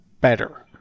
better